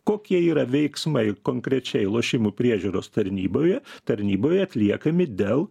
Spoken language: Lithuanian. kokie yra veiksmai konkrečiai lošimų priežiūros tarnyboje tarnyboje atliekami dėl